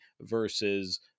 versus